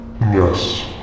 Yes